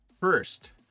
First